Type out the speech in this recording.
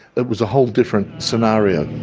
it was a whole different scenario.